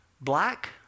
black